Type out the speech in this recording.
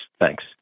Thanks